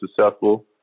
successful